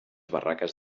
barraques